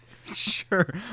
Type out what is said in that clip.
Sure